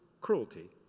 cruelty